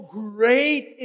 great